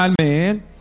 man